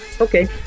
Okay